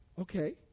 Okay